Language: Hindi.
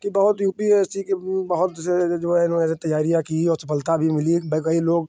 कि बहुत यू पी एस सी के भी बहुत से जो है इन्होंने जैसे तैयारियाँ कीं और सफलता भी मिली मैं कई लोग